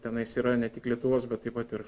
tenais yra ne tik lietuvos bet taip pat ir